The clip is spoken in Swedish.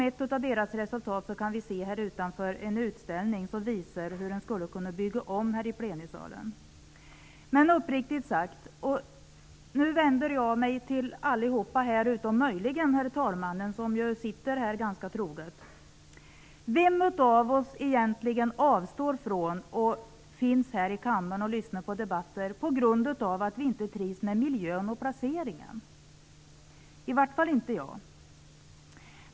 Ett av deras resultat kan ses här utanför kammaren i form av en utställning som visar hur man skulle kunna bygga om här i plenisalen. Men uppriktigt sagt - och nu vänder jag mig till alla här utom möjligen herr talmannen, som ju sitter här ganska troget: Vilka av oss avstår egentligen från att finnas här i kammaren och lyssna på debatter på grund av vi inte trivs med miljön och placeringen? Jag gör det i varje fall inte.